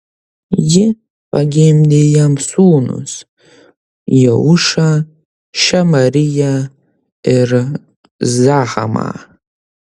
ji pagimdė jam sūnus jeušą šemariją ir zahamą